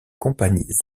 compagnies